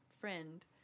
friend